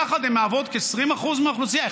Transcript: יחד הן מהוות כ-20% מהאוכלוסייה.